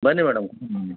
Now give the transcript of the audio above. ಬನ್ನಿ ಮೇಡಮ್